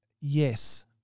yes